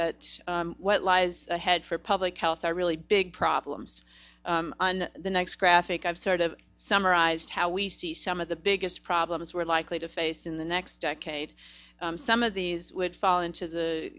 that what lies ahead for public health are really big problems on the next graphic i've sort of summarized how we see some of the biggest problems we're likely to face in the next decade some of these would fall into the